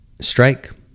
strike